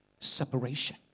separation